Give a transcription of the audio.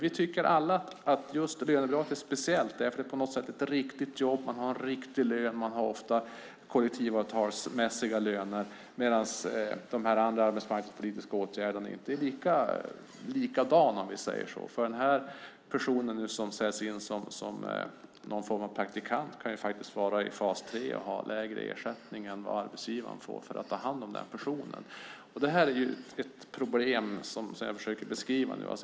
Vi tycker alla att just lönebidraget är speciellt därför att det handlar om ett riktigt jobb, man har en riktig lön och man har ofta kollektivavtalsmässiga löner medan de andra arbetsmarknadspolitiska åtgärderna inte är likadana. För den person som sätts in som någon form av praktikant kan ju faktiskt vara i fas 3 och ha lägre ersättning än vad arbetsgivaren får för att ta hand om honom eller henne. Det här är ett problem som jag försöker beskriva nu.